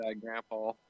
Grandpa